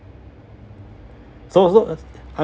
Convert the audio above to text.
so so uh I